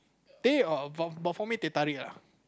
teh or but but for me teh tarik lah